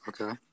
Okay